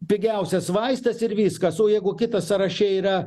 pigiausias vaistas ir viskas o jeigu kitas sąraše yra